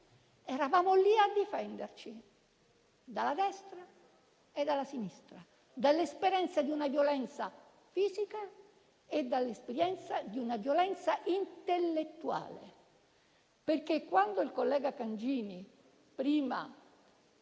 eravamo lì a difenderci dalla Destra e dalla Sinistra, dall'esperienza di una violenza fisica e dall'esperienza di una violenza intellettuale. Prima il collega Cangini ha